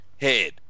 head